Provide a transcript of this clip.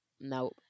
no